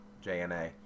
J-N-A